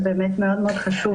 החוק הזה באמת מאוד חשוב.